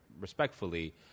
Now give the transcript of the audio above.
respectfully